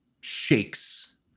shakes